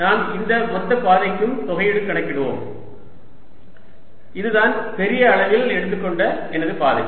நாம் இந்த மொத்த பாதைக்கும் தொகையீடு கணக்கிடுவோம் இதுதான் பெரிய அளவில் எடுத்துக்கொண்ட எனது பாதை